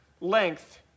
length